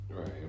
Right